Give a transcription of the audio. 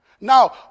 now